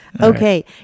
Okay